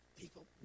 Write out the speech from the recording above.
People